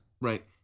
Right